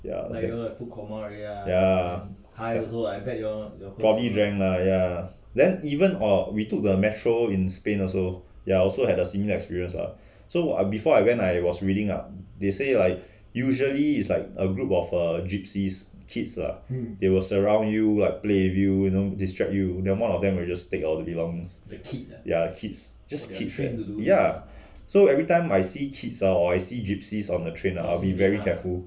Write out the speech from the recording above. ya ya probably drank lah ya then even oh we took the metro in spain also ya also had a similar experience ah so err before I went I was reading up they say like usually is like a group of a gypsies kids ah they will surround you to play with you you know distract you then one of them will just take your belonging ya kids ya so every time I see kids ah or I see gypsies on the train ah I will be very careful